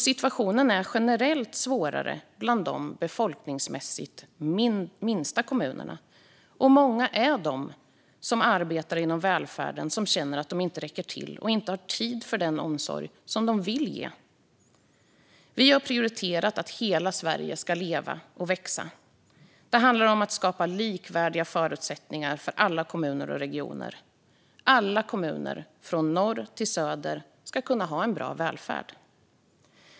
Situationen är generellt svårare bland de befolkningsmässigt minsta kommunerna. Många är de som arbetar inom välfärden som känner att de inte räcker till och inte har tid för den omsorg som de vill ge. Vi har prioriterat att hela Sverige ska leva och växa. Det handlar om att skapa likvärdiga förutsättningar för alla kommuner och regioner. Alla kommuner, från norr till söder, ska kunna ha en bra välfärd.